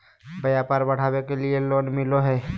व्यापार बढ़ावे के लिए लोन मिलो है?